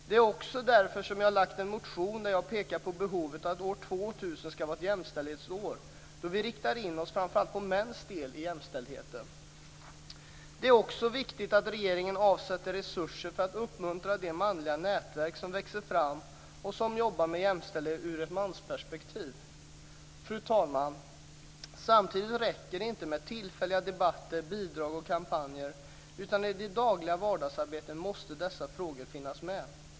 Det är också därför som jag väckt en motion där jag pekar på behovet av att år 2000 ska vara ett jämställdhetsår då vi riktar in oss framför allt på mäns del i jämställdheten. Det är också viktigt att regeringen avsätter resurser för att uppmuntra de manliga nätverk som växer fram och som jobbar med jämställdhet ur ett mansperspektiv. Fru talman! Samtidigt räcker det inte med tillfälliga debatter, bidrag och kampanjer, utan i det dagliga vardagsarbetet måste dessa frågor finnas med.